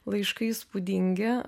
laiškai įspūdingi